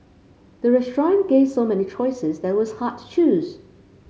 the restaurant gave so many choices that it was hard to choose